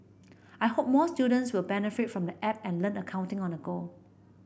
I hope more students will benefit from the app and learn accounting on the go